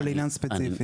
או לעניין ספציפי?